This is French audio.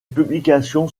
publications